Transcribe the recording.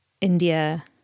india